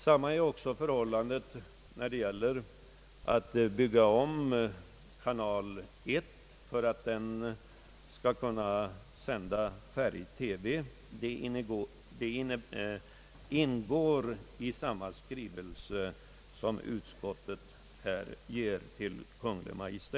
Samma är förhållandet också när det gäller att bygga om kanal 1 för att den skall sända färg-TV — det ingår i samma skrivelse som utskottet avger till Kungl. Maj:t.